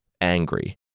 angry